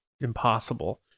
impossible